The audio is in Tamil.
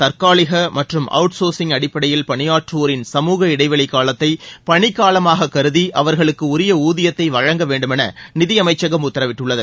தற்காலிக மற்றும் அவுட்சோ்சிங் அடிப்படையில் பணியாற்றுவோரின் சமூக இடைவெளி காலத்தை பணிக்காலமாக கருதி அவர்களுக்கு உரிய ஊதியத்தை வழங்க வேண்டுமென நிதியமைச்சகம் உத்தரவிட்டுள்ளது